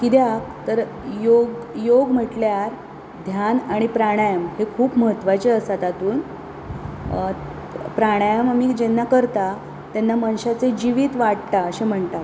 कित्याक तर योग योग म्हटल्यार ध्यान आनी प्राणायम हे खूब म्हत्वाचे आसा तातूंत प्राणायम आमी जेन्ना करतां तेन्ना मनशांचे जिवीत वाडटां अशें म्हणटां